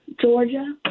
Georgia